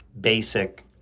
basic